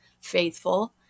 faithful